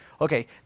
Okay